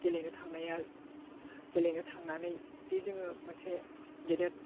गेलेनो थांनाया गेलेनो थांनानै जे जोङो मोनसे गेदेद